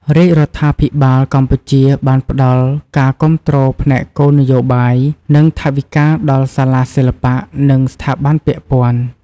រាជរដ្ឋាភិបាលកម្ពុជាបានផ្តល់ការគាំទ្រផ្នែកគោលនយោបាយ និងថវិកាដល់សាលាសិល្បៈ និងស្ថាប័នពាក់ព័ន្ធ។